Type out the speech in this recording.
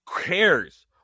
cares